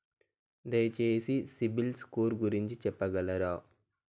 దయచేసి సిబిల్ స్కోర్ గురించి చెప్పగలరా?